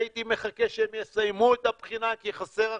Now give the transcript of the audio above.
הייתי מחכה שהם יסיימו את הבחינה כי חסרות